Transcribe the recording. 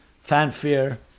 fanfare